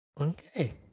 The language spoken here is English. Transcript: Okay